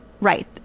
Right